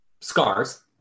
scars